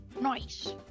Nice